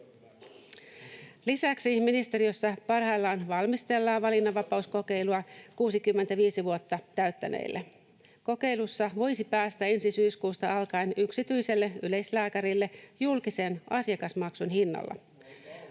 Lisäksi ministeriössä parhaillaan valmistellaan valinnanvapauskokeilua 65 vuotta täyttäneille. Kokeilussa voisi päästä ensi syyskuusta alkaen yksityiselle yleislääkärille julkisen asiakasmaksun hinnalla.